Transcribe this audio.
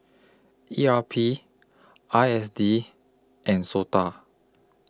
E R P I S D and Sota